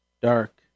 dark